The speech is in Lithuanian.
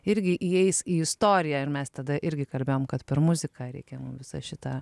irgi įeis į istoriją ir mes tada irgi kalbėjome kad per muziką reikiamam visą šitą